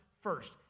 first